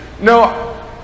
No